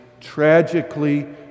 tragically